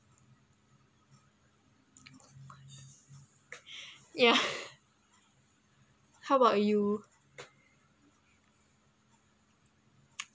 ya how about you